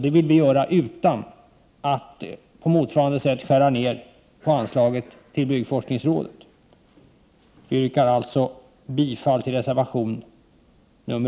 Det vill vi göra utan att på motsvarande sätt skära ned anslaget till byggforskningsrådet. Jag yrkar alltså bifall till reservation 3.